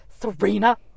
Serena